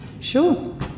Sure